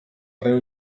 riu